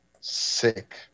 sick